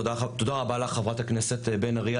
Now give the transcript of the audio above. תודה רבה לך חברת הכנסת בן ארי,